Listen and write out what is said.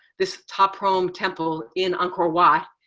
this ta prohm temple in angkor wat,